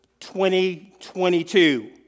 2022